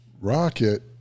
Rocket